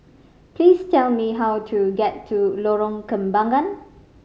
please tell me how to get to Lorong Kembagan